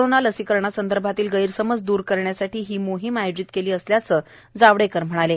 corona लसीकरणासंदर्भातले गैरसमज द्र करण्यासाठी ही मोहीम आयोजित केली असल्याचं जावडेकर यांनी सांगितलं